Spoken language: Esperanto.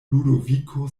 ludoviko